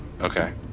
Okay